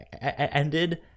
ended